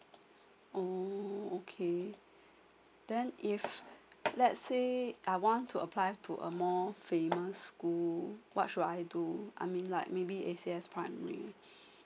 oh okay then if let's say I want to apply to a more famous school what should I do I mean like maybe A_C_S primary